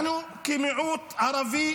אנחנו כמיעוט ערבי,